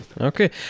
Okay